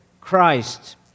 Christ